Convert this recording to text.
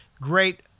great